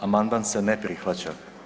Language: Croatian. Amandman se ne prihvaća.